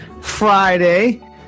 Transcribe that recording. Friday